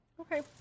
Okay